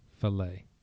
Filet